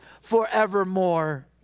forevermore